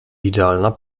idealna